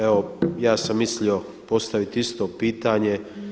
Evo ja sam mislio postaviti isto pitanje.